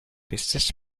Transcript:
business